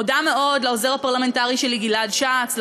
מודה מאוד לעוזר הפרלמנטרי שלי גלעד שץ,